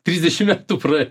trisdešimt metų praėjo